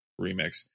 remix